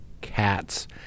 cats